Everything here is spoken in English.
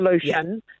solution